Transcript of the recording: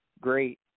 Great